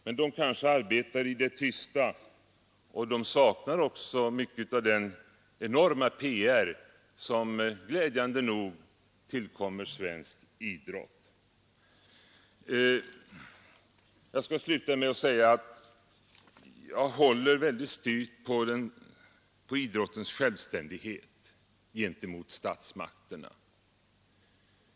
Men de arbetar i det tysta, och de saknar också mycket av den enorma PR som glädjande nog tillkommer svensk idrott. Jag skall sluta med att säga att jag håller väldigt styvt på idrottens självständighet gentemot statsmakterna.